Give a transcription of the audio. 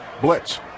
Blitz